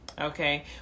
Okay